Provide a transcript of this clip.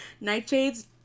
Nightshade's